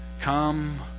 come